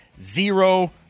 zero